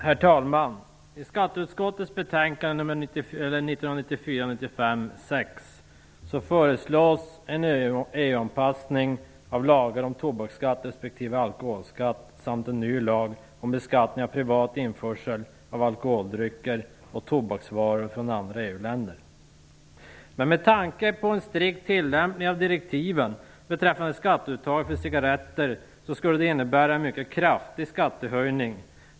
Herr talman! I skatteutskottets betänkande nr 6 föreslås en EU-anpassning av lagar om tobaksskatt respektive alkoholskatt samt en ny lag om beskattning av privat införsel av alkoholdrycker och tobaksvaror från andra EU-länder. En strikt tillämpning av direktiven beträffande skatteuttag för cigaretter skulle innebära en mycket kraftig skattehöjning.